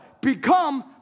become